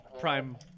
prime